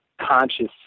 conscious